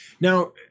Now